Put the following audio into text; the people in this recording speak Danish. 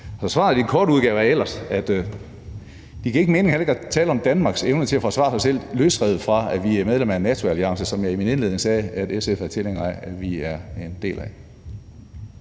er svaret i kort udgave: Det giver heller ikke mening at tale om Danmarks evne til at forsvare sig selv, løsrevet fra at vi er medlem af en NATO-alliance, som jeg i min indledning sagde at SF er tilhænger af at vi er en del af.